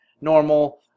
normal